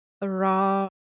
raw